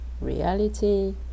reality